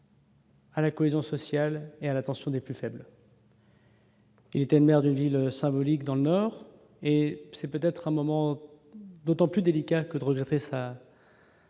à la cohésion sociale et à l'attention des plus faibles. Il était maire d'une ville symbolique dans le Nord, et c'est peut-être un moment d'autant plus délicat que de regrets ça.